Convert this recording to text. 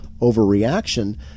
overreaction